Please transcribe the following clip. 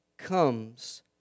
comes